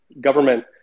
government